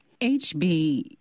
HB